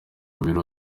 biro